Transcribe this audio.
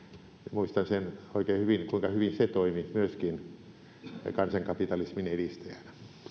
muistan oikein hyvin sen kuinka hyvin se toimi myöskin kansankapitalismin edistäjänä